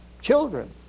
children